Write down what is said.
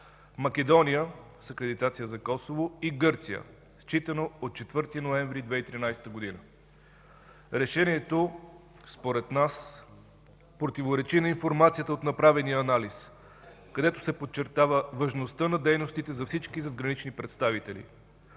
за Косово и Гърция, считано от 4 ноември 2013 г. Решението, според нас, противоречи на информацията от направения анализ, където се подчертава важността на дейностите за всички задгранични представители.